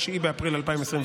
9 באפריל 2024,